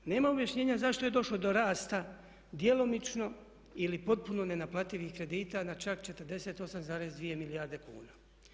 Nema objašnjenja zašto je došlo do rasta djelomično ili potpuno nenaplativih kredita na čak 48,2 milijarde kuna.